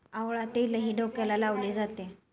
आवळा तेलही डोक्याला लावले जाते